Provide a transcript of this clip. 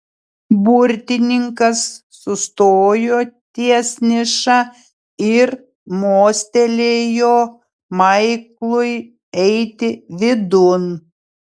burtininkas sustojo ties niša ir mostelėjo maiklui eiti vidun